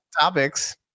topics